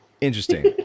Interesting